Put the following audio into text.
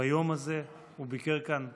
ביום הזה, הוא ביקר כאן לראשונה,